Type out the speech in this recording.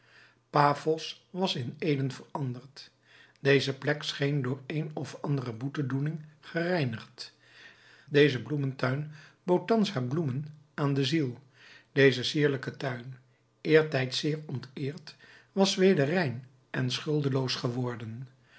paphos was in eden veranderd deze plek scheen door een of andere boetedoening gereinigd deze bloementuin bood thans haar bloemen aan de ziel deze sierlijke tuin eertijds zeer onteerd was weder rein en schuldeloos geworden